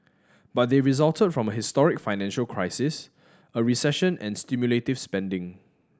but they resulted from a historic financial crisis a recession and stimulative spending